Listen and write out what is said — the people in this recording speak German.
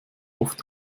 oft